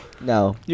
No